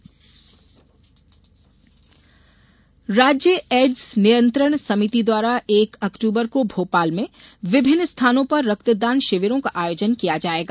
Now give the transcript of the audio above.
रक्तदान शिविर राज्य एड्स नियंत्रण समिति द्वारा एक अक्टूबर को भोपाल में विभिन्न स्थानों पर रक्तदान शिविरों का आयोजन किया जायेगा